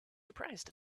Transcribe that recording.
surprised